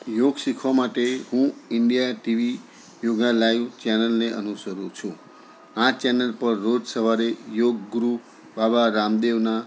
યોગ શીખવા માટે હું ઈન્ડિયા ટીવી યોગા લાઈવ ચેનલને અનુસરું છું આ ચેનલ પર રોજ સવારે યોગ ગુરુ બાબા રામદેવના